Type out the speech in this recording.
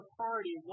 party